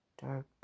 Dark